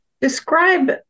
Describe